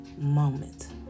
moment